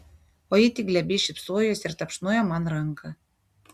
o ji tik glebiai šypsojosi ir tapšnojo man ranką